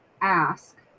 ask